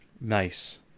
nice